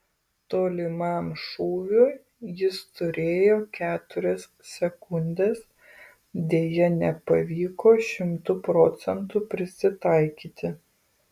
tolimam šūviui jis turėjo keturias sekundes deja nepavyko šimtu procentų prisitaikyti